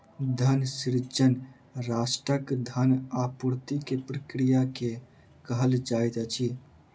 धन सृजन राष्ट्रक धन आपूर्ति के प्रक्रिया के कहल जाइत अछि